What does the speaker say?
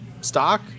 stock